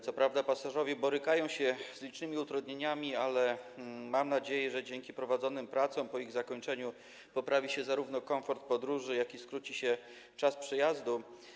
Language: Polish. Co prawda pasażerowie borykają się z licznymi utrudnieniami, ale mam nadzieję, że dzięki prowadzonym pracom, po ich zakończeniu, zarówno poprawi się komfort podróży, jak i skróci się czas przejazdu.